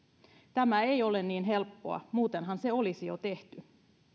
tämä ei ole niin helppoa muutenhan se olisi jo tehty